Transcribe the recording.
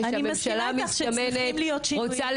שהממשלה רוצה,